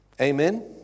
Amen